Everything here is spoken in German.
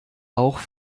auch